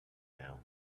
now